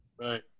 Right